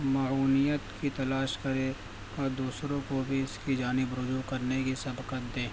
معونیت کی تلاش کرے اور دوسروں کو بھی اس کی جانب رجوع کرنے کی سبقت دے